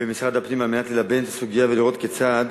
במשרד הפנים על מנת ללבן את הסוגיה ולראות כיצד